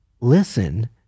listen